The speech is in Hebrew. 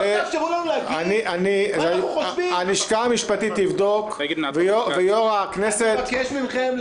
אני הגשתי את הרביזיה ראשון?